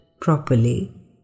properly